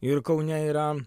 ir kaune yra